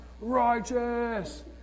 Righteous